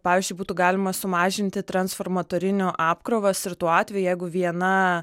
pavyzdžiui būtų galima sumažinti transformatorinių apkrovas ir tuo atveju jeigu viena